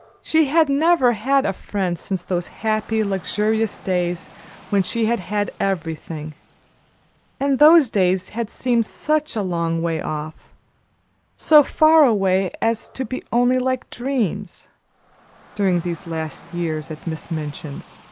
she had never had a friend since those happy, luxurious days when she had had everything and those days had seemed such a long way off so far away as to be only like dreams during these last years at miss minchin's.